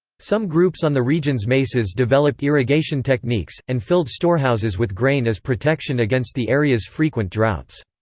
some groups on the region's mesas developed irrigation techniques, and filled storehouses with grain as protection against the area's frequent droughts.